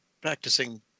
practicing